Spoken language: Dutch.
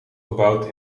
gebouwd